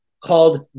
called